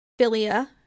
philia